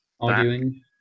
Arguing